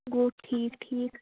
گوٚو ٹھیٖک ٹھیٖک